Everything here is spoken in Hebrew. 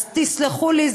אז תסלחו לי,